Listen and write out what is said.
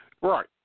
Right